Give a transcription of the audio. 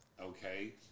Okay